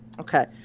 Okay